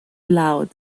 loud